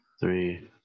three